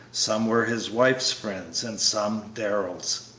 some were his wife's friends, and some darrell's.